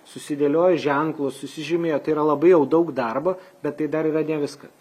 susidėliojo ženklus susižymėjo tai yra labai jau daug darbo bet tai dar yra ne viskas